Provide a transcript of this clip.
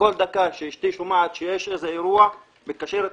ובכל דקה שאשתי שומעת שיש איזה אירוע היא מתקשרת